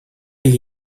gli